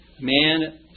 man